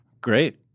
Great